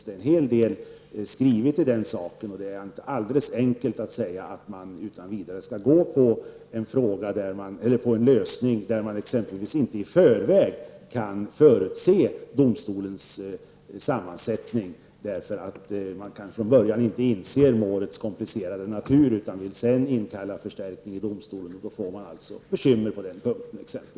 Det är inte alldeles enkelt att säga att man utan vidare skall följa en lösning som exempelvis inte gör det möjligt att i förväg förutse domstolens sammansättning, eftersom man från början inte kan inse målets komplicerade natur utan kanske senare inkallar förstärkning i domstolen. Och man får då bekymmer med detta.